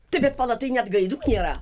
tai bet pala tai net gaidų nėra